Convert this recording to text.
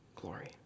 glory